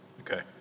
okay